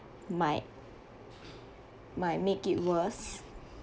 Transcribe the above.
might might make it worse